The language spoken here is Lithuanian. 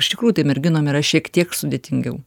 iš tikrųjų tai merginom yra šiek tiek sudėtingiau